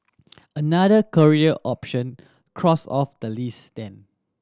another career option crossed off the list then